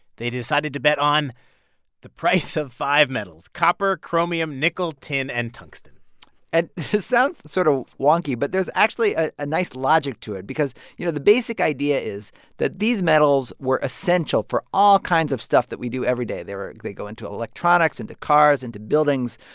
they decided to bet on the price of five metals copper, chromium, nickel, tin and tungsten and this sounds sort of wonky. but there's actually a nice logic to it because, you know, the basic idea is that these metals were essential for all kinds of stuff that we do every day. they go into electronics, into cars, into buildings.